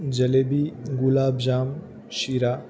जिलेबी गुलाबजाम शिरा